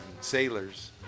sailors